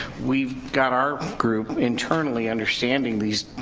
we've got our group internally understanding these